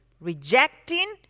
rejecting